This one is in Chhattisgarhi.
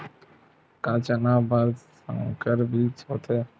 का चना बर संकर बीज होथे?